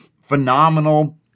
Phenomenal